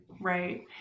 Right